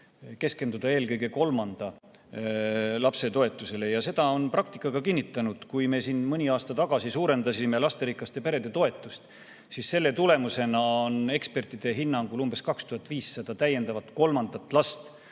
keskenduda eelkõige kolmanda lapse toetusele. Ja seda on praktika ka kinnitanud. Kui me siin mõni aasta tagasi suurendasime lasterikaste perede toetust, siis selle tulemusena on ekspertide hinnangul umbes 2500 täiendavat kolmandat last